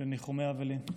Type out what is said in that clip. לניחומי אבלים,